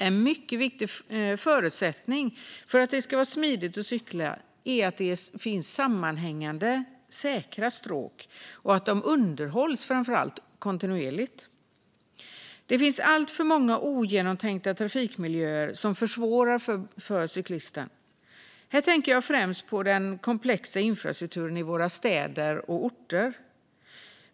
En mycket viktig förutsättning för att det ska vara smidigt att cykla är att det finns sammanhängande, säkra stråk och framför allt att de underhålls kontinuerligt. Det finns alltför många ogenomtänkta trafikmiljöer som försvårar för cyklisten. Jag tänker främst på den komplexa infrastrukturen i våra städer och orter.